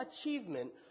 achievement